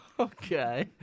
Okay